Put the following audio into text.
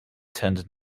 tend